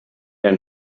ein